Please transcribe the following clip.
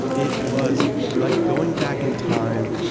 it was like going back in time,